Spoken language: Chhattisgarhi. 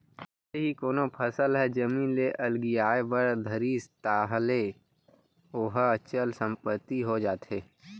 जइसे ही कोनो फसल ह जमीन ले अलगियाये बर धरिस ताहले ओहा चल संपत्ति हो जाथे